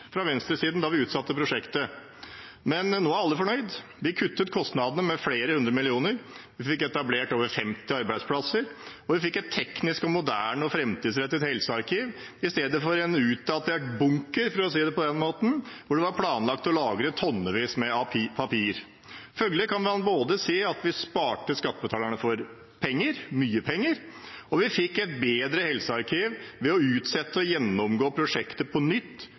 fra venstresiden da vi utsatte prosjektet. Men nå er alle fornøyd. Vi kuttet kostnadene med flere hundre millioner, vi fikk etablert over 50 arbeidsplasser, og vi fikk et teknisk moderne og framtidsrettet helsearkiv istedenfor en utdatert bunker, for å si det på den måten, hvor det var planlagt å lagre tonnevis med papir. Følgelig kan man si at vi både sparte skattebetalerne for penger – mye penger – og vi fikk et bedre helsearkiv ved å utsette og gjennomgå prosjektet på nytt